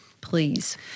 please